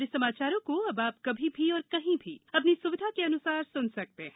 हमारे समाचारों को अब आप कभी भी और कहीं भी अपनी सुविधा के अनुसार सुन सकते हैं